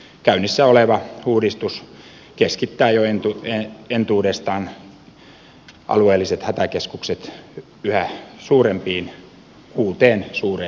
käynnissä oleva uudistus keskittää jo entuudestaan alueelliset hätäkeskukset yhä suurempiin yksiköihin kuuteen suureen yksikköön